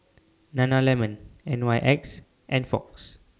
Nana Lemon N Y X and Fox